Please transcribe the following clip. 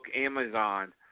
Amazon